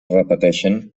repeteixen